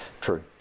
True